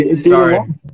Sorry